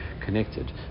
connected